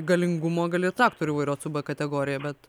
galingumo gali traktorių vairuoti b kategorija bet